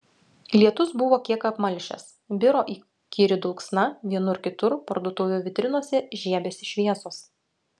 lietus buvo kiek apmalšęs biro įkyri dulksna vienur kitur parduotuvių vitrinose žiebėsi šviesos